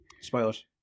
spoilers